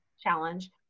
challenge